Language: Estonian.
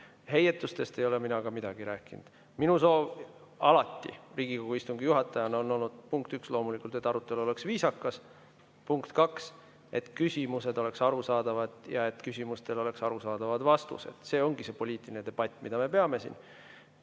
Heietustest ei ole mina midagi rääkinud. Minu soov on Riigikogu istungi juhatajana alati olnud, punkt üks loomulikult, et arutelu oleks viisakas, punkt kaks, et küsimused oleksid arusaadavad ja et küsimustele oleks arusaadavad vastused. See ongi poliitiline debatt, mida me siin